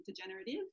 degenerative